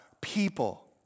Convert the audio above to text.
people